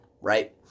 right